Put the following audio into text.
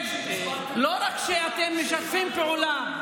לא רק שאתם משתפים פעולה,